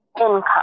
income